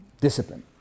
discipline